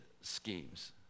schemes